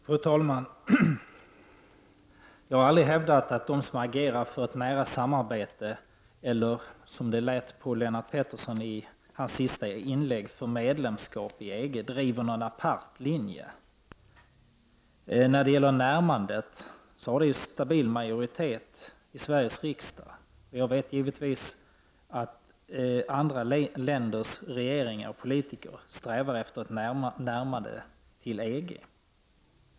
Fru talman! Jag har aldrig hävdat att de som agerar för ett nära samarbete eller, som det lät på Lennart Pettersson i hans senaste inlägg, för medlemskap i EG driver någon apart linje. Närmandet har en stabil majoritet i Sveriges riksdag. Givetvis vet jag att andra länders regeringar och politiker strävar efter ett närmande till EG.